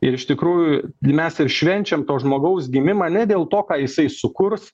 ir iš tikrųjų mes ir švenčiam to žmogaus gimimą ne dėl to ką jisai sukurs